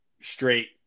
straight